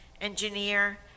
engineer